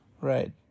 Right